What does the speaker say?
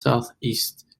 southeast